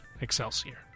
Excelsior